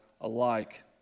alike